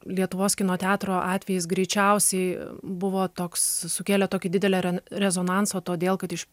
lietuvos kino teatro atvejis greičiausiai buvo toks sukėlė tokį didelį rezonansą todėl kad iš